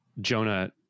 Jonah